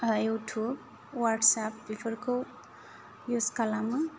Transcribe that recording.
YouTube WhatsApp बेफोरखौ use खालामो